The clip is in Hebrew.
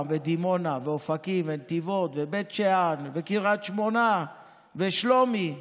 ודימונה ואופקים ונתיבות ובית שאן וקריית שמונה ושלומי.